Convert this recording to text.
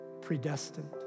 predestined